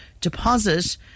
deposit